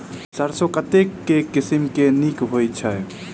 सैरसो केँ के किसिम नीक होइ छै?